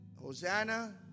Hosanna